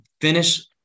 finish